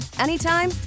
anytime